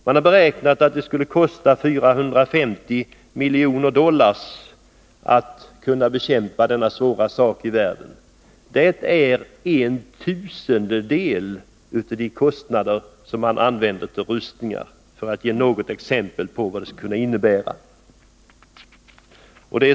Man har beräknat att det skulle kosta 450 miljoner dollar att bekämpa denna svåra sjukdom i hela världen, och det är en tusendel av de kostnader som används till rustning. — Jag har nämnt detta som ett exempel på vad pengarna skulle kunna användas till.